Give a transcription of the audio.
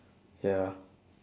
ya